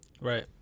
Right